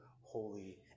holy